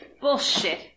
Bullshit